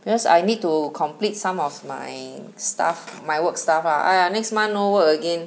because I need to complete some of my stuff my work stuff ah next month no work again